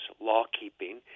law-keeping